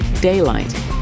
Daylight